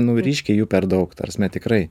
nu ryškiai jų per daug ta prasme tikrai